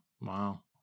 Wow